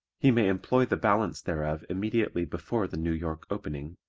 he may employ the balance thereof immediately before the new york opening,